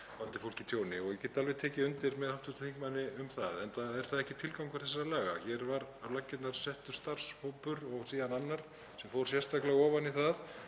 Ég get alveg tekið undir með hv. þingmanni um það, enda er það ekki tilgangur þessara laga. Hér var settur starfshópur á laggirnar og síðan annar sem fór sérstaklega ofan í það